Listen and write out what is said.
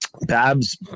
Babs